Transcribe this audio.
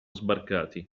sbarcati